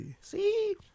See